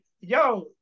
yo